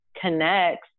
connects